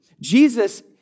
Jesus